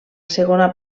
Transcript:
segona